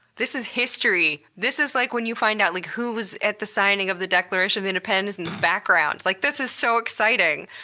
this is history. this is like when you find out, like who was at the signing of the declaration of independence in the background. like, this is so exciting!